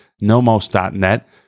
nomos.net